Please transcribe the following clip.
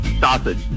Sausage